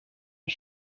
een